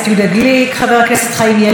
חברת הכנסת נורית קורן,